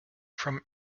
from